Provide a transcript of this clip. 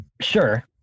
Sure